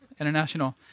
International